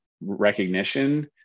recognition